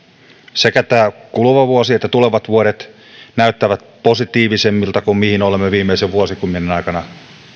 sekä tämä kuluva vuosi että tulevat vuodet näyttävät positiivisemmilta kuin mihin olemme viimeisen vuosikymmenen aikana